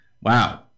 wow